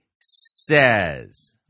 says